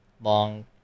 long